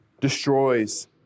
destroys